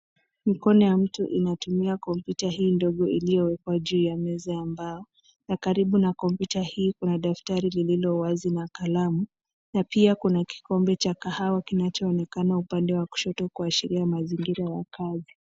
Mkono ya mtu inatumia kompyuta hii ndogo iliyowekwa juu ya meza ya mbao na karibu na kompyuta hii kuna daftari lililo wazi na kalamu na pia kuna kikombe cha kahawa kinachoonekana upande wa kushoto kuashiria mazingira ya kazi.